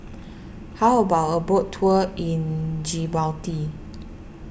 how about a boat tour in Djibouti